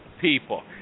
people